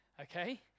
okay